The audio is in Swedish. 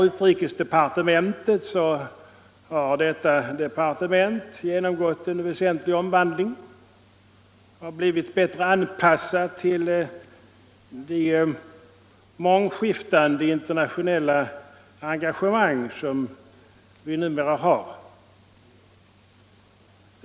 Utrikesdepartementet har genomgått en väsentlig omvandling och blivit bättre anpassat till de mångskiftande internationella engagemang som vi numera har.